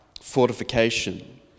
fortification